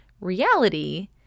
Reality